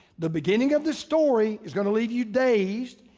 the beginning of the story is gonna leave you dazed,